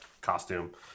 costume